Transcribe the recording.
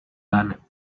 barnett